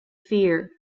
fear